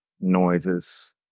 noises